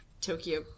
Tokyo